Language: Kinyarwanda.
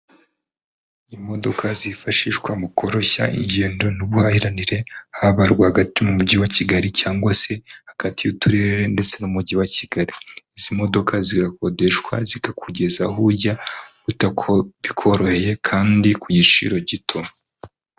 Imodoka zifashishwa mu koroshya ingendo n'ubuhahiranire haba rwagati mu mujyi wa Kigali cyangwa se hagati y'uturere ndetse n'umujyi wa Kigali izi modoka zirakodeshwa zikakugeza aho ujya bikoroheye kandi ku giciro gito.